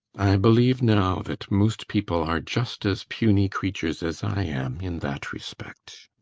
believe, now, that most people are just as puny creatures as i am in that respect.